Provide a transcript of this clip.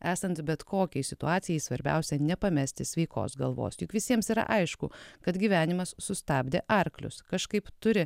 esant bet kokiai situacijai svarbiausia nepamesti sveikos galvos juk visiems yra aišku kad gyvenimas sustabdė arklius kažkaip turi